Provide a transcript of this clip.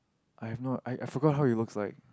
I have no I I forget how it looks like